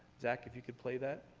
zack, if you could play that.